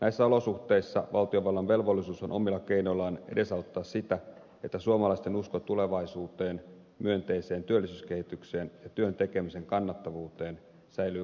näissä olosuhteissa valtiovallan velvollisuus on omilla keinoillaan edesauttaa sitä että suomalaisten usko tulevaisuuteen myönteiseen työllisyyskehitykseen ja työn tekemisen kannattavuuteen säilyy kaikesta huolimatta